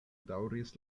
daŭris